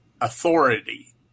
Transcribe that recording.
authority